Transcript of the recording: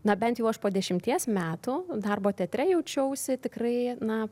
na bent jau aš po dešimties metų darbo teatre jaučiausi tikrai na